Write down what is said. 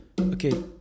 okay